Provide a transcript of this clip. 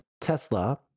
Tesla